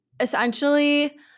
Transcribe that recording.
essentially